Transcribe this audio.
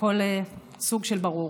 שהכול סוג של ברור.